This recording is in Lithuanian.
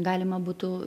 galima būtų